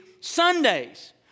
Sundays